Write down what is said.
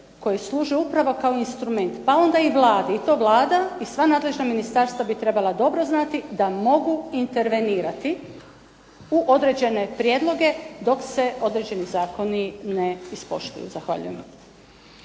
koje služe upravo kao instrument pa onda i Vladi. I to Vlada i sva nadležna ministarstva bi trebala dobro znati da mogu intervenirati u određene prijedloge dok se određeni zakoni ne ispoštuju. Zahvaljujem.